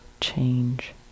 change